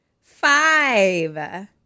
five